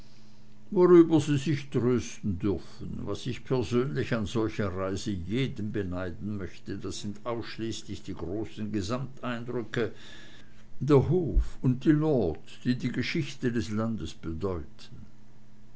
worüber sie sich getrösten dürfen was ich persönlich an solcher reise jedem beneiden möchte das sind ausschließlich die großen gesamteindrücke der hof und die lords die die geschichte des landes bedeuten